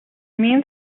means